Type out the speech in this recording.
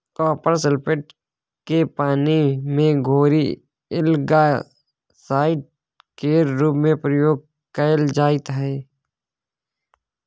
copper sulphate केँ पानि मे घोरि एल्गासाइड केर रुप मे प्रयोग कएल जाइत छै